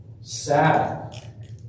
sad